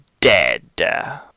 dead